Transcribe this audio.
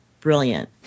Brilliant